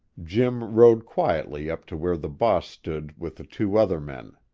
jim rode quietly up to where the boss stood with the two other men.